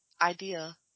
idea